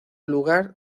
lugar